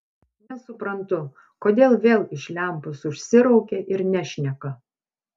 nesuprantu kodėl vėl iš lempos užsiraukė ir nešneka